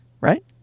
right